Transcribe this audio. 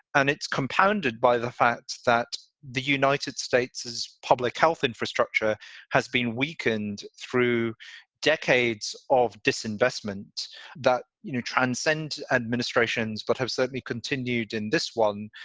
and it's compounded by the fact that the united states's public health infrastructure has been weakened through decades of disinvestment that you know transcend administrations, but have certainly continued in this one,